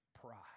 pride